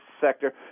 sector